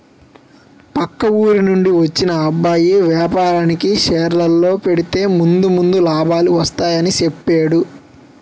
పక్క ఊరి నుండి వచ్చిన అబ్బాయి వేపారానికి షేర్లలో పెడితే ముందు ముందు లాభాలు వస్తాయని చెప్పేడు